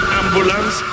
ambulance